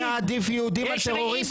אנחנו נעדיף יהודים על טרוריסטים תמיד.